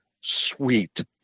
sweet